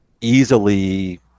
easily